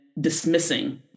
dismissing